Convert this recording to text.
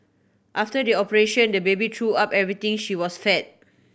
after the operation the baby threw up everything she was fed